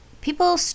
people